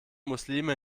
muslime